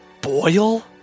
boil